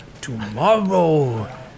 Tomorrow